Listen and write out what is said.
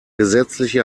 gesetzliche